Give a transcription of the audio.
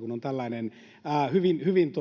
kun on tällainen hyvin